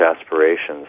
aspirations